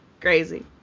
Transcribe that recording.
Crazy